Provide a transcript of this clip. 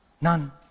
none